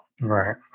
Right